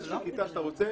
איזושהי כיתה שאתה רוצה,